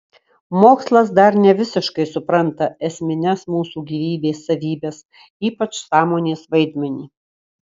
mokslas dar nevisiškai supranta esmines mūsų gyvybės savybes ypač sąmonės vaidmenį